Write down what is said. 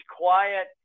quiet